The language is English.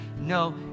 No